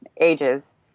ages